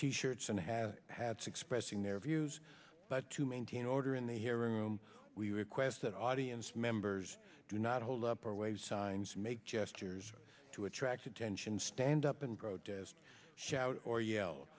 t shirts and have had six pressing their views but to maintain order in the hearing room we request that audience members do not hold up or wave signs make gestures to attract attention stand up and protest shout or y